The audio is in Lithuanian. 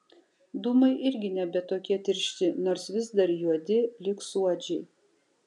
dūmai irgi nebe tokie tiršti nors vis dar juodi lyg suodžiai